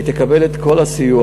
והיא תקבל את כל הסיוע.